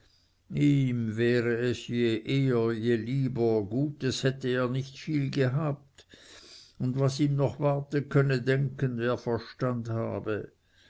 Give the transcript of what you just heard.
wäre es je eher je lieber gutes hätte er nie viel gehabt und was ihm noch warte könne denken wer verstand habe